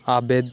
عابد